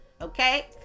Okay